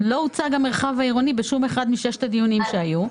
לא הוצג המרחב הכפרי באף אחד מששת הדיונים שהיו.